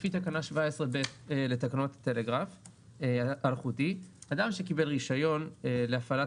לפי תקנה 17ב' לתקנות הטלגרף האלחוטי אדם שקיבל רישיון להפעלת